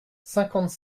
cinquante